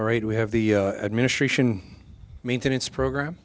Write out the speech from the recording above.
right we have the administration maintenance program